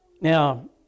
Now